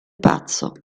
pazzo